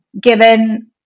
given